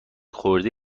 خورده